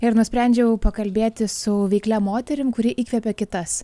ir nusprendžiau pakalbėti su veiklia moterim kuri įkvepia kitas